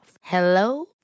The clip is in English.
Hello